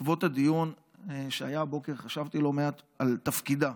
בעקבות הדיון שהיה הבוקר חשבתי לא מעט על תפקידה.